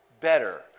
better